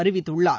அறிவித்துள்ளார்